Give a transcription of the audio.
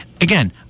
Again